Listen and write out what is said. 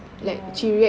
no